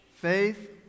Faith